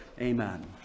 Amen